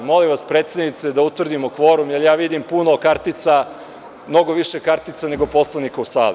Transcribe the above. Molim vas predsednice da utvrdimo kvorum, jer ja vidim mnogo više kartica nego poslanika u sali.